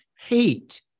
hate